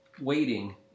waiting